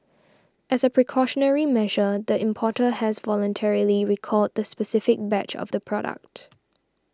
as a precautionary measure the importer has voluntarily recalled the specific batch of the product